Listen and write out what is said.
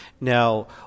now